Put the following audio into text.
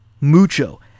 Mucho